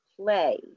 play